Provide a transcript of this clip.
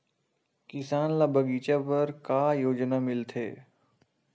किसान ल बगीचा बर का योजना मिलथे?